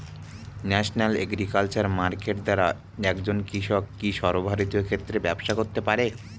National agriculture market দ্বারা একজন কৃষক কি সর্বভারতীয় ক্ষেত্রে ব্যবসা করতে পারে?